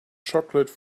chocolate